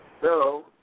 Hello